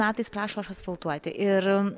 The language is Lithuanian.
metais prašo išasfaltuoti ir